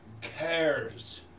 cares